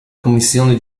commissione